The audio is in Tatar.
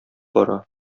бара